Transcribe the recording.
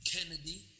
Kennedy